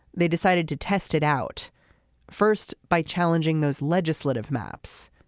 they decided to test it out first by challenging those legislative maps.